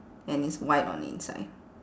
and it's white on the inside